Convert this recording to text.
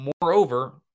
moreover